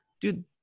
Dude